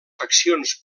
faccions